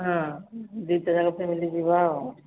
ହଁ ଦିଟ ଜାକ ଫେମିଲି ଯିବା ଆଉ